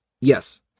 Yes